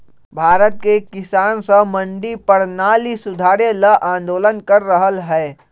भारत के किसान स मंडी परणाली सुधारे ल आंदोलन कर रहल हए